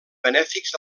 benèfics